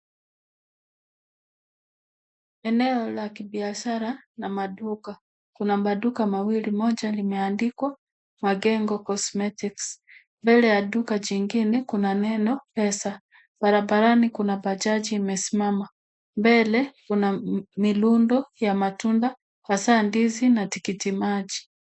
Eneo la kibiashara na maduka. Kuna maduka mawili, moja imeandikwa MAGENGO COSMETICS, mbele ya duka jingine kuna neno M-Pesa. Barabarani kuna bajaji imesimama. Mbele kuna mirundo ya matunda hasa ndizi na tikiti maji.